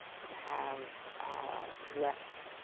to have less